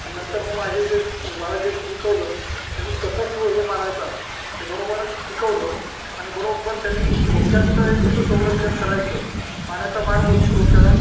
पण नंतर मग माझे जे मला ज्यांनी शिकवलं त्यांनी कसा सूर हे मारायचा ते बरोबर शिकवलं आणि बरोब्बर त्यांनी डोक्यातलं हे कसं संरक्षण करायचं पाण्याचा मार बसतो डोक्याला